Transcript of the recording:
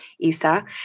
Isa